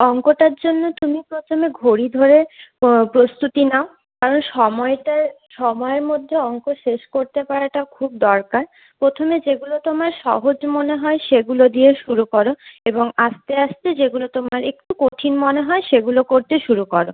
অঙ্কটার জন্য তুমি প্রথমে ঘড়ি ধরে প্রস্তুতি নাও কারণ সময়টা সময়ের মধ্যে অঙ্ক শেষ করতে পারাটা খুব দরকার প্রথমে যেগুলো তোমার সহজ মনে হয় সেগুলো দিয়ে শুরু করো এবং আস্তে আস্তে যেগুলো তোমার একটু কঠিন মনে হয় সেগুলো করতে শুরু করো